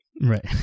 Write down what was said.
Right